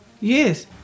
Yes